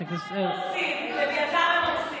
את זה אנחנו לא ניתן.